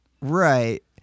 Right